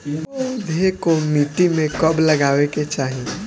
पौधे को मिट्टी में कब लगावे के चाही?